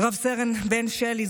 רס"ן בן שלי,